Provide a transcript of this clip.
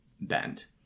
bent